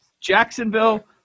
Jacksonville